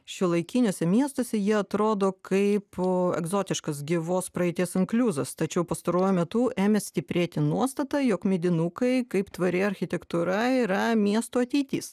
šiuolaikiniuose miestuose ji atrodo kaip egzotiškas gyvos praeities inkliuzas tačiau pastaruoju metu ėmė stiprėti nuostata jog medinukai kaip tvari architektūra yra miesto ateitis